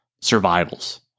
survivals